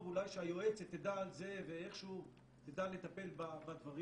אולי שהיועצת תדע על זה ואיכשהו תדע לטפל בדברים,